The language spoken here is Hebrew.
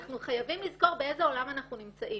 אנחנו חייבים לזכור באיזה עולם אנחנו נמצאים.